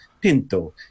Pinto